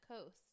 coast